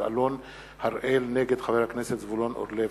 אלון הראל נגד חבר הכנסת זבולון אורלב.